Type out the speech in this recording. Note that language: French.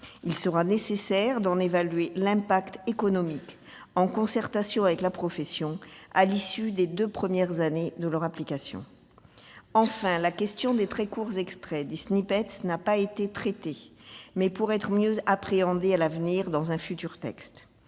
Il sera nécessaire d'évaluer l'impact économique de la mesure, en concertation avec la profession, à l'issue des deux premières années de son application. Enfin, la question des très courts extraits, dits, n'a pas été traitée, mais pourrait être mieux appréhendée à l'avenir- pas trop